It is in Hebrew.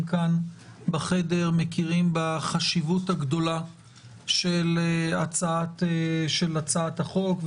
בחדר מכירים בחשיבות הגדולה של הצעת החוק,